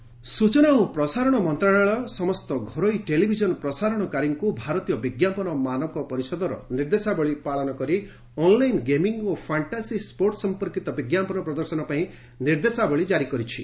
TV guideline ସ୍ଚନା ଓ ପ୍ରସାରଣ ମନ୍ତ୍ରଣାଳୟ ସମସ୍ତ ଘରୋଇ ଟେଲିଭିଜନ୍ ପ୍ରସାରଣକାରୀଙ୍କୁ ଭାରତୀୟ ବିଜ୍ଞାପନ ମାନକ ପରିଷଦର ନିର୍ଦ୍ଦେଶାବଳୀ ପାଳନ କରି ଅନ୍ଲାଇନ୍ ଗେମିଂ ଓ ଫାଣ୍ଟାସି ସ୍ୱୋର୍ଟସ୍ ସମ୍ପର୍କିତ ବିଜ୍ଞାପନ ପ୍ରଦର୍ଶନ ପାଇଁ ନିର୍ଦ୍ଦେଶାବଳୀ କାରି କରିଛି